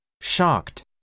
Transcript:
Shocked